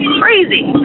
crazy